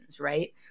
right